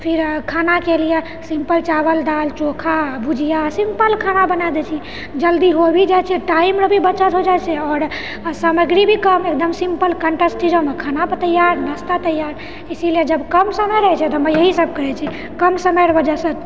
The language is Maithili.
फिर खानाके लिए सिम्पल चावल दाल चोखा भुजिया सिम्पल खाना बनाए दए छी जल्दी हो भी जाइ छै टाइमरऽ भी बचत हो जाइ छै आओर सामग्री भी कम एकदम सिम्पल कन्टस्टिजमे खाना पर तैयार नाश्ता तैयार इसीलिए जब कम समय रहै छै तऽ हम इएह सभ करै छी कम समयरऽ वजहसँ